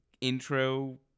intro